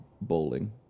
bowling